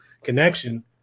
connection